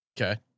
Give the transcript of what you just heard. Okay